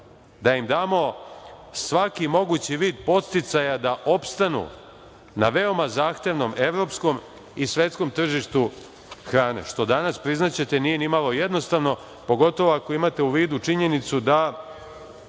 da im damo svaki mogući vid podsticaja da opstanu na veoma zahtevnom evropskom i svetskom tržištu hrane, što danas, priznaćete, nije nimalo jednostavno, pogotovo ako imate u vidu činjenicu da